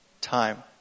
time